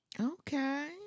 Okay